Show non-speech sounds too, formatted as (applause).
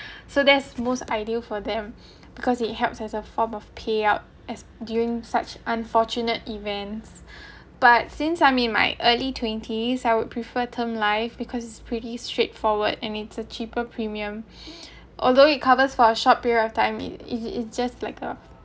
(breath) so that's most ideal for them (breath) because it helps as a form of payout as during such unfortunate events but since I'm in my early twenties I would prefer term life because pretty straightforward and it's a cheaper premium (breath) although it covers for a short period of time it it it just like a